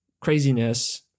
craziness